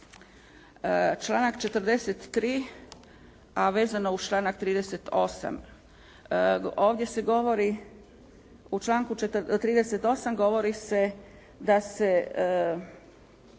Članak 43., a vezano uz članak 38. Ovdje se govori, u članku 38. govori se da se